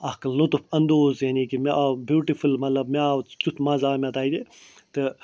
اَکھ لُطف اندوز یعنی کہ مےٚ آو بیوٗٹِفُل مطلب مےٚ آو تیُتھ مَزٕ آو مےٚ تَتہِ تہٕ